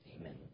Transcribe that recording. Amen